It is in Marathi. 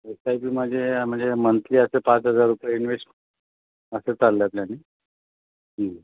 एस्स आय पी माझे म्हणजे मंथली असे पाच हजार रुपये इन्व्हेश्ट असं चाललं आहे प्लॅनिंग हं